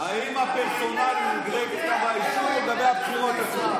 האם הפרסונליות זה לגבי כתב האישום או לגבי הבחירות עצמן?